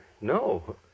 No